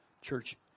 church